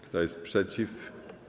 Kto jest przeciw?